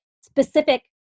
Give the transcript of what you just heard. specific